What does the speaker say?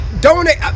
Donate